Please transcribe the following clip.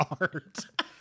art